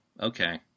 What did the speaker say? okay